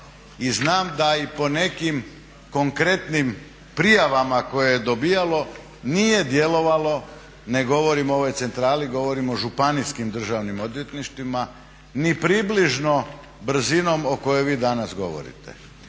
I znam da i po nekim konkretnim prijavama koje je dobivalo nije djelovalo, ne govorim o ovoj centrali govorim o županijskim državnim odvjetništvima, ni približno brzinom o kojoj vi danas govorite.